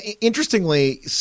interestingly